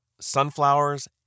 sunflowers